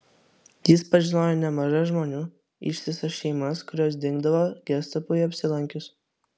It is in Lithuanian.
jis pažinojo nemaža žmonių ištisas šeimas kurios dingdavo gestapui apsilankius